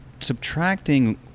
subtracting